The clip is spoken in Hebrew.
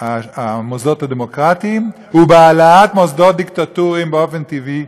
המוסדות הדמוקרטיים ובהעלאת מוסדות דיקטטוריים באופן טבעי,